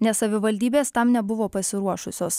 nes savivaldybės tam nebuvo pasiruošusios